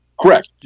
Correct